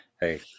hey